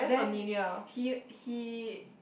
then he he